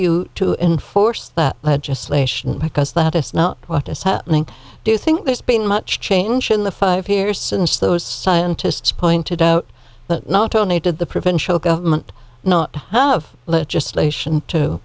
you to enforce that legislation because that is not what is happening do you think there's been much change in the five years since those scientists pointed out that not only did the provincial government not have legislation to